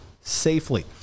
safely